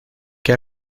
que